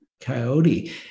coyote